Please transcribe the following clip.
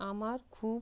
আমার খুব